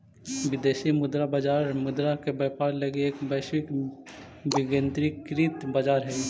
विदेशी मुद्रा बाजार मुद्रा के व्यापार लगी एक वैश्विक विकेंद्रीकृत बाजार हइ